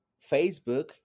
Facebook